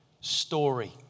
story